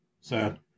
sad